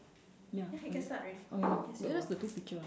ya okay okay eh where's the two picture ah